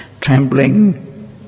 trembling